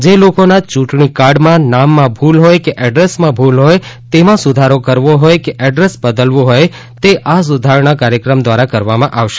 જે લોકોના ચૂંટણી કાર્રમાં નામમાં ભૂલ હોય કે એડ્રેસમાં ભૂલ હોય તેમાં સુધારો કરવો હોય કે એડ્રેસ બદલવુ હોય તે આ સુધારણાના કાર્યક્રમ દ્વારા કરવામાં આવશે